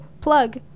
plug